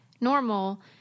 normal